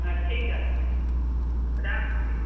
হ্যাঁ ঠিক আছে রাখছি